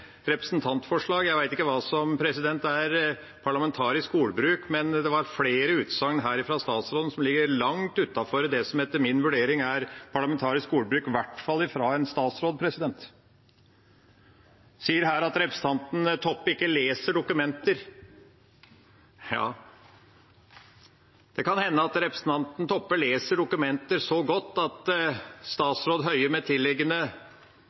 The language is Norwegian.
representantforslag» – jeg vet ikke hva som er parlamentarisk ordbruk, men her var det flere utsagn fra statsråden som ligger langt utenfor det som etter min vurdering er parlamentarisk ordbruk, i hvert fall fra en statsråd. Han sier her at representanten Toppe ikke leser dokumenter. Det kan hende at representanten Toppe leser dokumenter så godt at statsråd Høie med